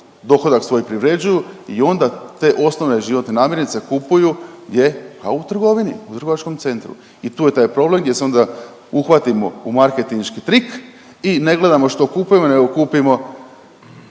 dohodak svoj privređuju i onda te osnovne životne namirnice kupuju, gdje, pa u trgovini, trgovačkom centru i tu je taj problem gdje se onda uhvatimo u marketinški trik i ne gledamo što kupujemo nego kupimo,